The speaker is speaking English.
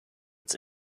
its